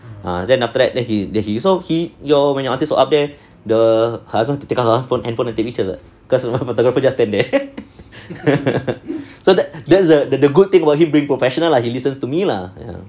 ah then after that then he he so he your when your aunties were up there the husband to take out handphone and take picture cause you know photographer just stand there so that that's the good thing about him being professional lah he listens to me lah ya